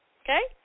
okay